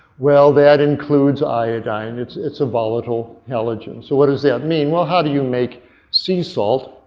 well, that includes iodine. it's it's a volatile halogen. so what does that mean? well, how do you make sea salt?